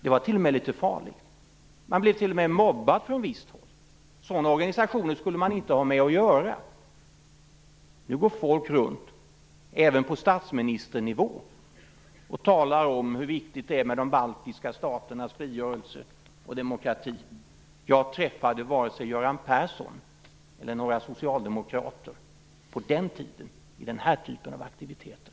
Det var t.o.m. litet farligt, och man blev mobbad från visst håll. Sådana organisationer skulle man inte ha med att göra. Nu går folk - även på statsministernivå - runt och talar om hur viktig de baltiska staternas frigörelse och demokrati är. Jag träffade varken Göran Persson eller några socialdemokrater på den tiden i den här typen av aktiviteter.